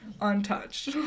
Untouched